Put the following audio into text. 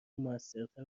موثرتر